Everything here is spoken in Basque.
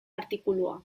artikulua